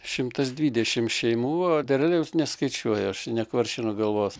šimtas dvidešimt šeimų o derliaus neskaičiuoju aš nekvaršinu galvos